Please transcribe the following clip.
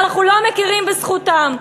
אנחנו לא מכירים בזכותם.